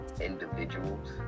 individuals